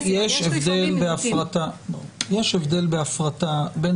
אבל יש לפעמים --- יש הבדל בהפרטה בין